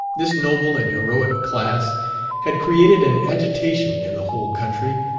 this noble and heroic class had created an agitation in the whole country,